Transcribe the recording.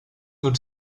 would